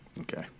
Okay